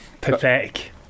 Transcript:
Pathetic